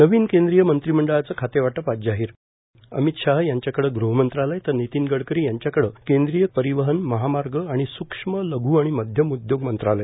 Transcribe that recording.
नवीन केंद्रीय मंत्रिमंडळाचे खातेवाटप आज जाहीरए अमित शाह यांच्याकडं गृहमंत्रालय तर नितीन गडकरी यांच्याकडं केंद्रीय परिवहन महामार्ग आणि स्रक्ष्म लघ्र आणि मध्यम उद्योग मंत्रालय